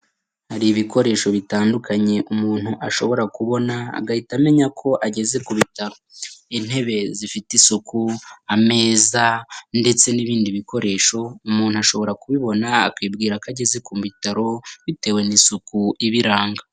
Hari ibikoresho bitandukanye umuntu ashobora kubona agahita amenya ko ageze ku bitaro, intebe zifite isuku, ameza ndetse n'ibindi bikoresho umuntu ashobora kubibona akibwira ko ageze ku bitaro bitewe n'isuku ibiranga.